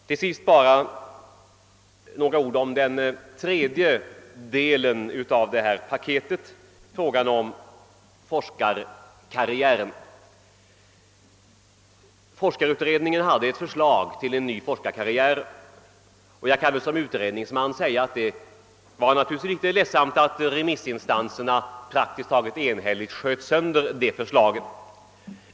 Till sist bara några ord om den tredje delen av detta paket, frågan om forskarkarriären. Forskarutredningen hade framlagt ett förslag till en ny forskarkarriär, och jag kan väl som utredningsman säga, att det naturligtvis var litet ledsamt, att remissinstanserna praktiskt taget enhälligt sköt sönder det förslaget.